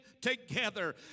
together